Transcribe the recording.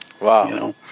Wow